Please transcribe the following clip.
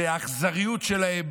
שהאכזריות שלהם